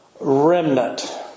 remnant